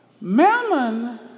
Mammon